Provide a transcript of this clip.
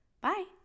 Bye